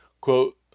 quote